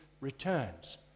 returns